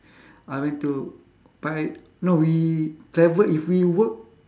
I went to no we travel if we work